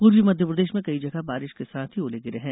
पूर्वी मध्यप्रदेश में कई जगह बारिश के साथ ही ओले गिरे हैं